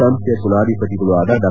ಸಂಸ್ಟೆಯ ಕುಲಾಧಿಪತಿಗಳೂ ಆದ ಡಾ